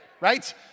right